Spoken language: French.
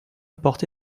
porté